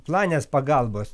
planinės pagalbos